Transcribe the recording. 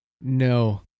No